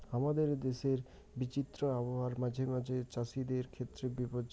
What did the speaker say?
হামাদের দেশের বিচিত্র আবহাওয়া মাঝে মাঝে চ্যাসিদের ক্ষেত্রে বিপর্যয় হই